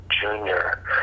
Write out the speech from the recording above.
junior